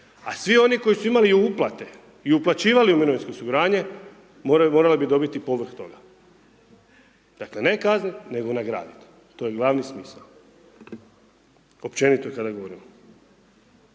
A svi oni koji su imali uplate i uplaćivali u mirovinsko osiguranje, morali bi dobiti povrh toga. Dakle, ne kaznit, nego nagradit. To je glavni smisao, općenito kada govorimo.